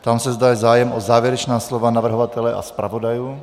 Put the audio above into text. Ptám se, zda je zájem o závěrečná slova navrhovatele a zpravodajů?